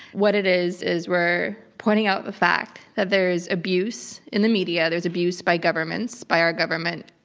what it is is we're pointing out the fact that there's abuse in the media, there's abuse by governments, by our government,